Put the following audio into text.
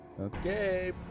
okay